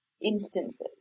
instances